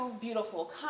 beautiful